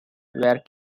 where